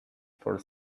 for